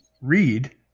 read